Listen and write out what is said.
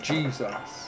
Jesus